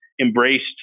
embraced